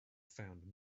found